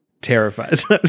terrifies